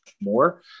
more